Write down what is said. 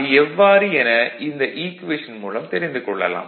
அது எவ்வாறு என இந்த ஈக்குவேஷன் மூலம் தெரிந்து கொள்ளலாம்